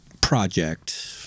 project